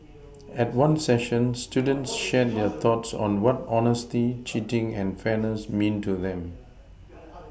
at one session students shared their thoughts on what honesty cheating and fairness mean to them